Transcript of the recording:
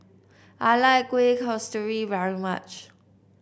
I like Kueh Kasturi very much